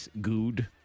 Good